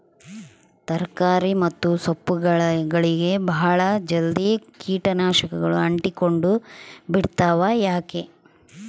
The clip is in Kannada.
ತರಕಾರಿ ಮತ್ತು ಸೊಪ್ಪುಗಳಗೆ ಬಹಳ ಜಲ್ದಿ ಕೇಟ ನಾಶಕಗಳು ಅಂಟಿಕೊಂಡ ಬಿಡ್ತವಾ ಯಾಕೆ?